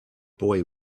boy